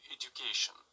education